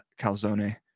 calzone